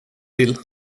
till